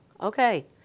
Okay